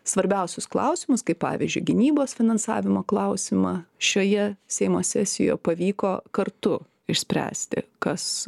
svarbiausius klausimus kaip pavyzdžiui gynybos finansavimo klausimą šioje seimo sesijoje pavyko kartu išspręsti kas